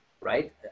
right